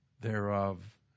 thereof